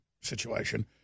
situation